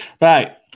Right